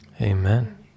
amen